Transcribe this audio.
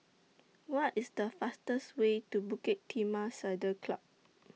What IS The fastest Way to Bukit Timah Saddle Club